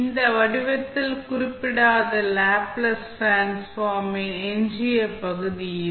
இந்த வடிவத்தில் குறிப்பிடப்படாத லாப்லேஸ் டிரான்ஸ்ஃபார்மின் எஞ்சிய பகுதி இது